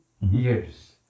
years